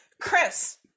Chris